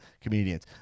comedians